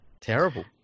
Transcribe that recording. Terrible